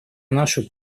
нашу